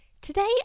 Today